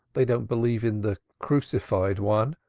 they don't believe in the crucified one.